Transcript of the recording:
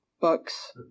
books